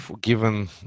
given